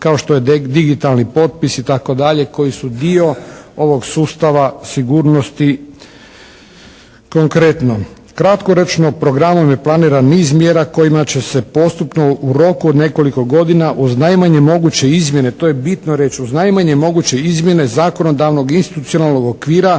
kao što je digitalni potpis itd. koji su dio ovog sustava sigurnosti. Konkretno, kratkoročno programom je planiran niz mjera kojima će se postupno u roku od nekoliko godina uz najmanje moguće izmjene, to je bitno reći, zakonodavnog i institucionalnog okvira